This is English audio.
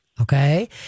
Okay